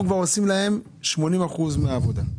אנחנו כבר עושים להם 80% מן העבודה.